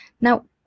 Now